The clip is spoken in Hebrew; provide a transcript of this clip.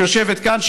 שיושבת כאן,